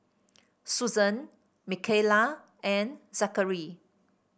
Susan Micayla and Zackary